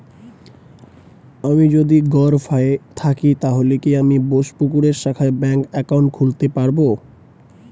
আমি যদি গরফায়ে থাকি তাহলে কি আমি বোসপুকুরের শাখায় ব্যঙ্ক একাউন্ট খুলতে পারবো?